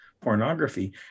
pornography